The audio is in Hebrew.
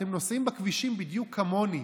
אתם נוסעים בכבישים בדיוק כמוני,